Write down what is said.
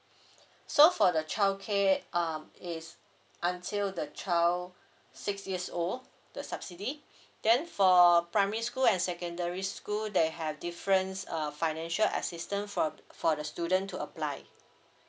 so for the childcare um is until the child six years old the subsidy then for primary school and secondary school they have different err financial assistance for for the student to apply